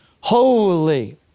holy